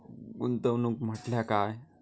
गुंतवणूक म्हटल्या काय?